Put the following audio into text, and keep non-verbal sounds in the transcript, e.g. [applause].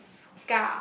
and [noise]